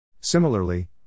Similarly